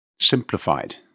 simplified